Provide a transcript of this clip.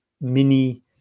mini